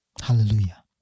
Hallelujah